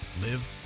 Live